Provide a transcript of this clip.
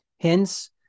Hence